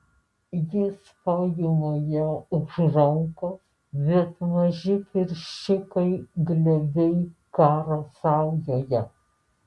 jis paima ją už rankos bet maži pirščiukai glebiai karo saujoje